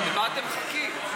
למה אתם מחכים?